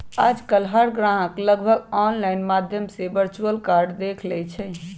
आजकल हर ग्राहक लगभग ऑनलाइन माध्यम से वर्चुअल कार्ड देख लेई छई